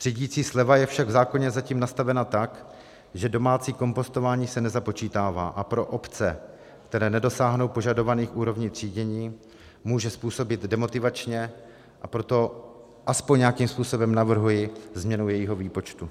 Třídicí sleva je však v zákoně zatím nastavena tak, že domácí kompostování se nezapočítává, a pro obce, které nedosáhnout požadovaných úrovní třídění, může působit demotivačně, a proto aspoň nějakým způsobem navrhuji změnu jejího výpočtu.